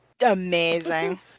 amazing